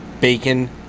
bacon